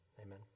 Amen